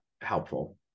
helpful